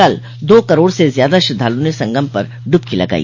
कल दो करोड़ से ज्यादा श्रद्धालुओं ने संगम पर डुबकी लगाई